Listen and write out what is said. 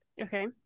Okay